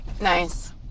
Nice